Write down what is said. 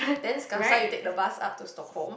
then Kasta you take the bus up to Stokong